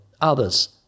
others